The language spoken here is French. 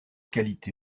qualité